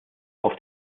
auf